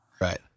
right